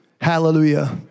Hallelujah